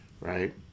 Right